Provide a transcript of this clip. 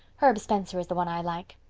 herb spencer is the one i like.